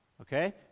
okay